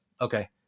Okay